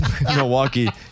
Milwaukee